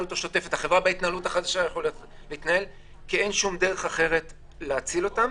החברה החדשה או החברה השוטפת כי אין שום דרך אחרת להציל אותן.